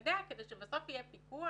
כדי שבסוף יהיה פיקוח,